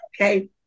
okay